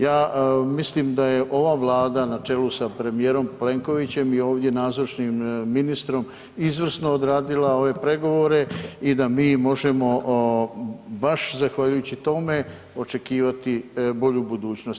Ja mislim da je ova Vlada na čelu sa premijerom Plenkovićem i ovdje nazočnim ministrom izvrsno odradila ove pregovore i da mi možemo baš zahvaljujući tome očekivati bolju budućnost.